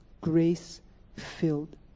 grace-filled